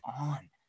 on